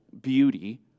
beauty